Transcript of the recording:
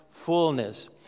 fullness